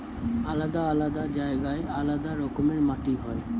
আলাদা আলাদা জায়গায় আলাদা রকমের মাটি হয়